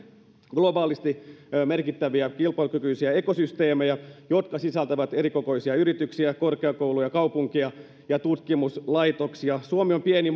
globaalisti merkittäviä kilpailukykyisiä ekosysteemejä jotka sisältävät erikokoisia yrityksiä korkeakouluja kaupunkeja ja tutkimuslaitoksia suomi on pieni